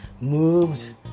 moved